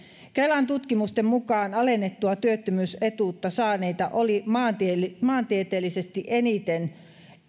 kelan tutkimusten mukaan alennettua työttömyysetuutta saaneita oli maantieteellisesti maantieteellisesti eniten